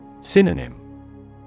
Synonym